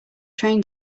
train